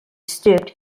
stooped